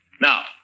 Now